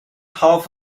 half